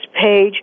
page